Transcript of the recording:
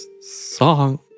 song